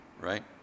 right